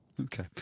Okay